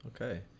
okay